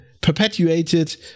perpetuated